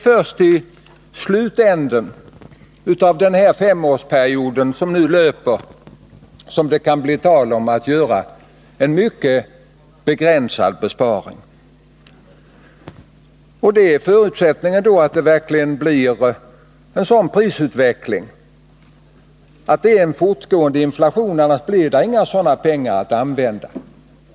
Först i slutet av den femårsperiod som nu löper kan det bli tal om att göra en mycket begränsad besparing. Förutsättningen är då att det verkligen blir en sådan prisutveckling att det är en fortgående inflation, för annars blir det inga sådana pengar att använda.